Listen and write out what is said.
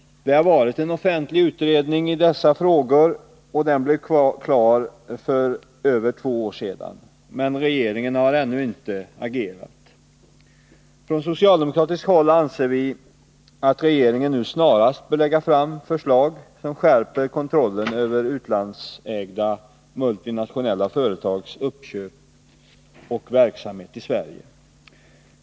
En offentlig utredning har arbetat med dessa frågor, och den blev klar för över två år sedan, men regeringen har ännu inte agerat. Från socialdemokratiskt håll anser vi att regeringen nu snarast bör lägga fram förslag som skärper kontrollen över utlandsägda multinationella företags uppköp och verksamhet i Sverige.